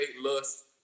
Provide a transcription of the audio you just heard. lust